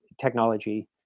technology